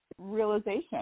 realization